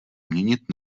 měnit